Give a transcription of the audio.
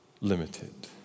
limited